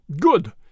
Good